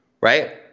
Right